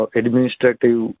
administrative